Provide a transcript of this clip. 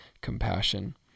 compassion